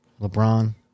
LeBron